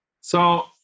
So-